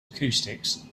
acoustics